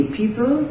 people